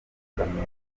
ukamenya